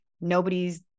Nobody's